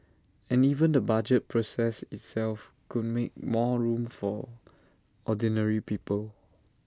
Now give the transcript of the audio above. and even the budget process itself could make more room for ordinary people